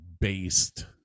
based